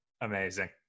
Amazing